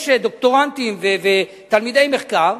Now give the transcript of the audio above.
יש דוקטורנטים ותלמידי מחקר,